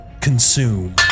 consume